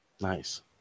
Nice